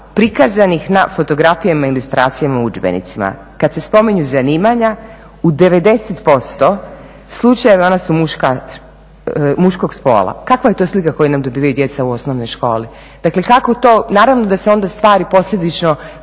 na fotografijama, ilustracijama u udžbenicima. Kad se spominju zanimanja, u 90% slučajeva oni su muškog spola. Kakva je to slika koju nam dobivaju djeca u osnovnoj školi? Dakle, kako to, naravno da se onda stvari posljedično